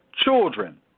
children